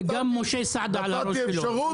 נתתי אפשרות,